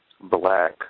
black